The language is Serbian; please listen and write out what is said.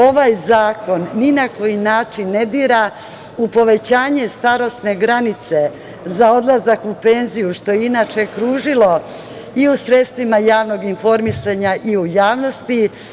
Ovaj zakon ni na koji način ne dira u povećanje starosne granice za odlazak u penziju, što je inače kružilo i u sredstvima javnog informisanja i u javnosti.